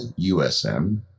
USM